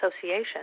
association